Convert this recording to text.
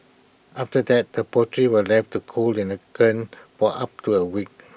after that the pottery were left to cool in the kiln for up to A week